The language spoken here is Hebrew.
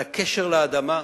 על הקשר לאדמה,